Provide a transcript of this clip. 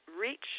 reach